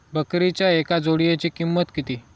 बकरीच्या एका जोडयेची किंमत किती?